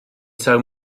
taw